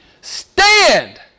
Stand